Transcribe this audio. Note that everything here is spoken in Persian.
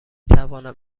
توانم